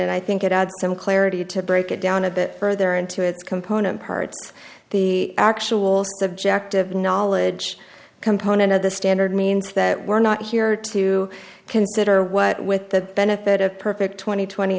i think it adds some clarity to break it down a bit further into its component parts the actual subjective knowledge component of the standard means that we're not here to consider what with the benefit of perfect twenty twenty